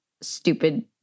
stupid